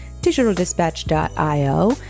digitaldispatch.io